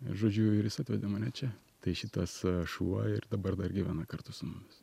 žodžiu ir jis atvedė mane čia tai šitas šuo ir dabar dar gyvena kartu su mumis